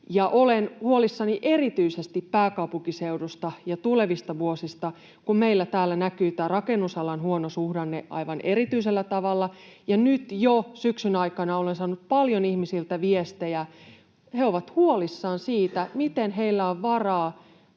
olen huolissani erityisesti pääkaupunkiseudusta ja tulevista vuosista, kun meillä täällä näkyy tämä rakennusalan huono suhdanne aivan erityisellä tavalla ja nyt jo syksyn aikana olen saanut paljon ihmisiltä viestejä. He ovat huolissaan siitä, miten heillä on varaa